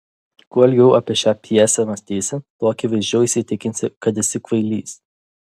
kuo ilgiau apie šią pjesę mąstysi tuo akivaizdžiau įsitikinsi kad esi kvailys